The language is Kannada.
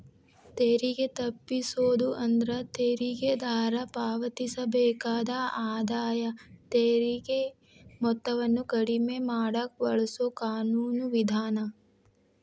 ತೆರಿಗೆ ತಪ್ಪಿಸೋದು ಅಂದ್ರ ತೆರಿಗೆದಾರ ಪಾವತಿಸಬೇಕಾದ ಆದಾಯ ತೆರಿಗೆ ಮೊತ್ತವನ್ನ ಕಡಿಮೆ ಮಾಡಕ ಬಳಸೊ ಕಾನೂನು ವಿಧಾನ